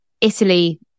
Italy